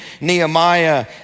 Nehemiah